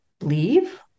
leave